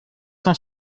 cent